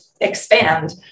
expand